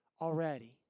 already